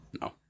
No